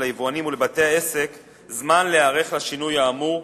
ליבואנים ולבתי-עסק זמן להיערך לשינוי האמור,